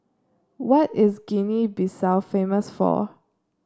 what is Guinea Bissau famous for